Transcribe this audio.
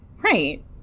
Right